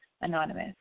Anonymous